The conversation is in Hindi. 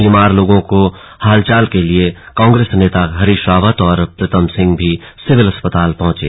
बीमार लोगों का हालचाल लेने के लिए कांग्रेस नेता हरीश रावत और प्रीतम सिंह भी सिविल अस्पताल पहुंचे